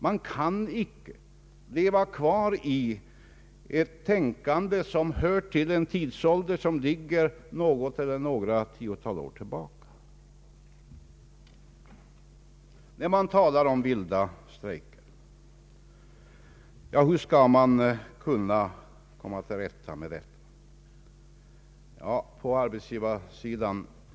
Man kan inte leva kvar i ett tänkande som hör till en tid vilken ligger något eller några tiotal år tillbaka. Hur skall man komma till rätta med vilda strejker?